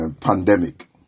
pandemic